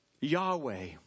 Yahweh